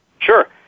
Sure